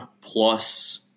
plus –